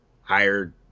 hired